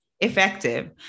effective